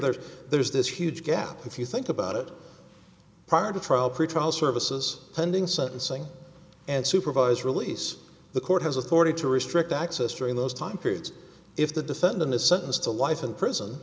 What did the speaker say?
that there's this huge gap if you think about it prior to trial pretrial services pending sentencing and supervised release the court has authority to restrict access during those time periods if the defendant is sentenced to life in prison